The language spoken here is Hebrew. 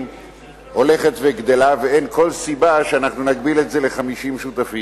הולך וגדל ואין כל סיבה שנגביל את זה ל-50 שותפים.